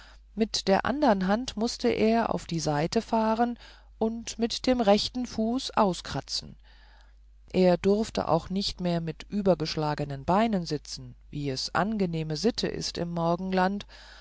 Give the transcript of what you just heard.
mit der einen hand mußte er auf die seite fahren und mit dem rechten fuß auskratzen er durfte auch nicht mehr mit übergeschlagenen beinen sitzen wie es angenehme sitte ist im morgenland